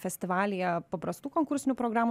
festivalyje paprastų konkursinių programų